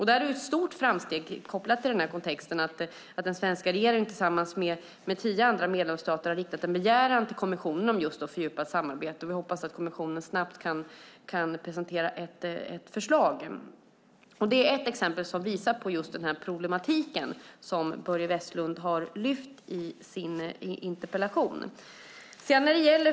Det är ett stort framsteg kopplat till kontexten att den svenska regeringen tillsammans med tio andra medlemsstater har riktat en begäran till kommissionen om just fördjupat samarbete. Vi hoppas att kommissionen snabbt kan presentera ett förslag. Det är ett exempel som visar på just den problematik som Börje Vestlund har lyft fram i sin interpellation.